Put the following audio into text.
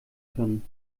können